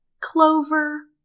clover